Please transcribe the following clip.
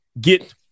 get